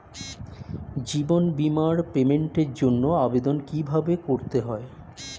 জীবন বীমার পেমেন্টের জন্য আবেদন কিভাবে করতে হয়?